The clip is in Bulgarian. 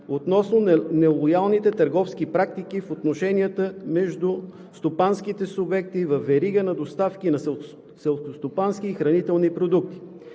относно нелоялните търговски практики в отношенията между стопанските субекти във верига на доставки на селскостопански и хранителни продукти.